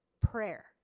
Prayer